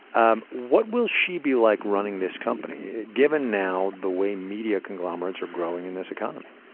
um what will she be like running this company given now the way media conglomerates are growing in this economy?